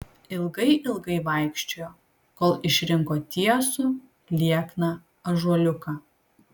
ilgai ilgai vaikščiojo kol išrinko tiesų liekną ąžuoliuką